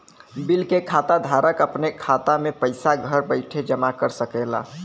bill के खाता धारक अपने खाता मे पइसा घर बइठे जमा करा सकेला